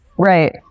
Right